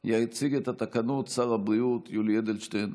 זה הדגל של עם ישראל.